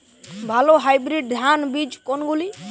ভালো হাইব্রিড ধান বীজ কোনগুলি?